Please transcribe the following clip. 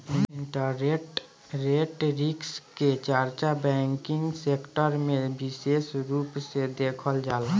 interest rate risk के चर्चा banking sector में बिसेस रूप से देखल जाला